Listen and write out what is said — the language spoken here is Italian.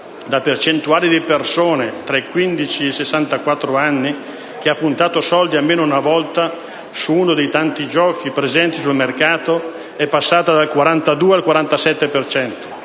la percentuale di persone tra i quindici e i sessantaquattro anni che ha puntato soldi almeno una volta su uno dei tanti giochi presenti sul mercato è passata dal 42 al 47